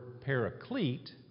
paraclete